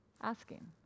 asking